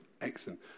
excellent